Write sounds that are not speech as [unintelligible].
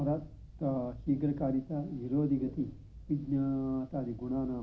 [unintelligible]